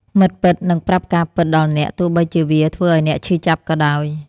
មិត្តពិតនឹងប្រាប់ការពិតដល់អ្នក ទោះបីជាវាធ្វើឱ្យអ្នកឈឺចាប់ក៏ដោយ។